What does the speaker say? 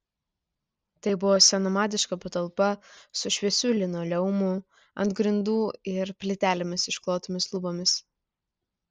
tai buvo senamadiška patalpa su šviesiu linoleumu ant grindų ir plytelėmis išklotomis lubomis